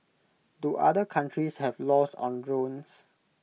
do other countries have laws on drones